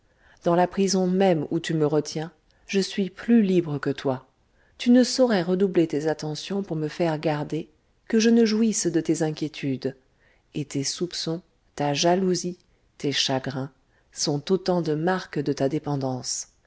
dans la prison même où tu me retiens je suis plus libre que toi tu ne saurois redoubler tes attentions pour me faire garder que je ne jouisse de tes inquiétudes et tes soupçons ta jalousie tes chagrins sont autant de marques de ta dépendance